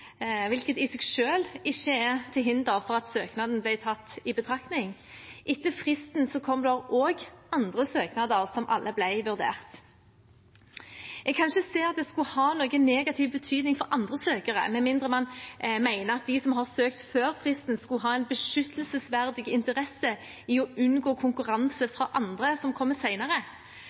hvilket i seg selv ikke var til hinder for at søknaden ble tatt i betraktning. Etter fristen kom det også andre søknader, som alle ble vurdert. Jeg kan ikke se at det skulle ha noen negativ betydning for andre søkere med mindre man mener at de som har søkt før fristen, skulle ha en beskyttelsesverdig interesse i å unngå konkurranse fra andre som kommer